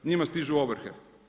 Njima stižu ovrhe.